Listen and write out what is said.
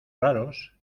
raros